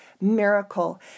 miracle